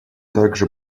также